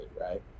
right